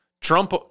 Trump